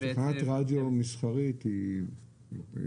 מדברים על תחנת רדיו מסחרית זה סביר,